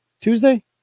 Tuesday